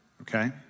Okay